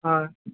হয়